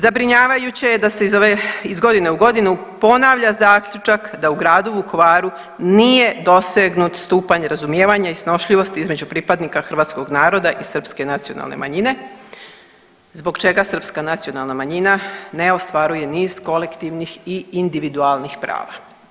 Zabrinjavajuće je da se iz godine u godinu ponavlja zaključak da u gradu Vukovaru nije dosegnut stupanj razumijevanja i snošljivosti između pripadnika hrvatskog naroda i srpske nacionalne manjine zbog čega srpska nacionalna manjina ne ostvaruje niz kolektivnih i individualnih prava.